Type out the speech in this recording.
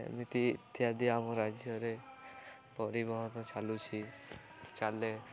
ଏମିତି ଇତ୍ୟାଦି ଆମ ରାଜ୍ୟରେ ପରିବହନ ଚାଲୁଛି ଚାଲେ